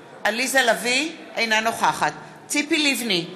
אינה נוכחת ציפי לבני,